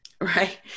Right